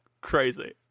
crazy